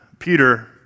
Peter